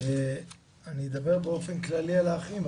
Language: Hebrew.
אני אדבר באופן כללי על האחים,